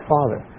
Father